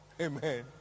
amen